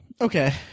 Okay